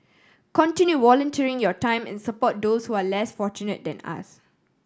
continue volunteering your time and support those who are less fortunate than us